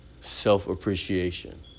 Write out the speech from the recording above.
self-appreciation